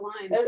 line